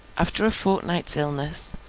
after a fortnight's illness,